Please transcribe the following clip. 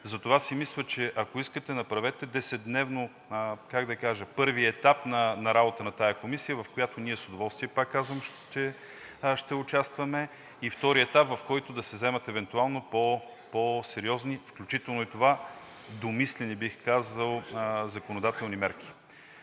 Затова си мисля, че ако искате, направете 10-дневен първия етап на работата на тази комисия, в която ние с удоволствие, пак казвам, ще участваме, и втория етап, в който да се вземат евентуално по-сериозни, включително и домислени, бих казал, законодателни мерки.